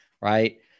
right